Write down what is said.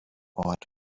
ort